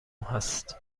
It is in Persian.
هست